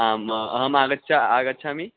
आं अहमागच्छ आगच्छामि